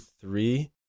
three